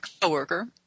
coworker